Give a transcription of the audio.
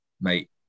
mate